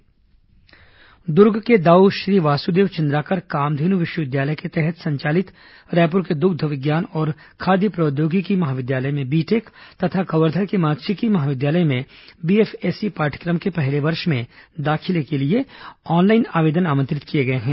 कामधेन् विश्वविद्यालय दुर्ग के दाऊ श्रीवासुदेव चंद्राकर कामधेनु विश्वविद्यालय के तहत संचालित रायपुर के दुग्ध विज्ञान और खाद्य प्रौद्योगिकी महाविद्यालय में बी टेक तथा कवर्धा के मात्स्यकी महाविद्यालय में बीएफएससी पाठ्यक्रम के पहले वर्ष में दाखिले के लिए ऑनलाइन आवेदन आमंत्रित किए गए हैं